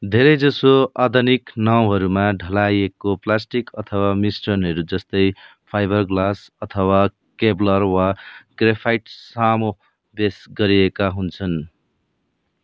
धेरैजसो आधुनिक नाउहरूमा ढलाइएको प्लास्टिक अथवा मिश्रणहरू जस्तै फाइबरग्लास अथवा केवलर वा ग्रेफाइट सामुवेश गरिएका हुन्छन्